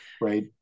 Right